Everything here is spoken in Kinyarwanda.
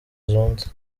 zunze